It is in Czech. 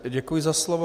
Děkuji za slovo.